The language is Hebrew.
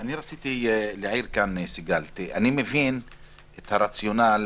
אני מבין את הרציונל,